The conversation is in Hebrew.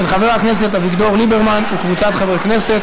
של חבר הכנסת אביגדור ליברמן וקבוצת חברי הכנסת.